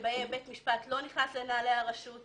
שבהם בית המשפט לא נכנס לנעלי הרשות.